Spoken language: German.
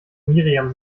miriam